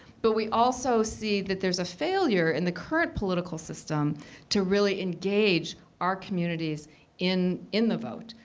but we also see that there's a failure in the current political system to really engage our communities in in the vote.